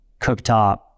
cooktop